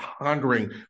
pondering